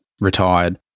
retired